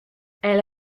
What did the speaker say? elle